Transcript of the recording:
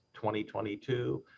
2022